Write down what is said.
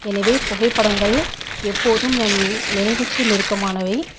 எனவே புகைப்படங்கள் எப்போதும் நம் நினைவுக்கு நெருக்கமானவை